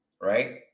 right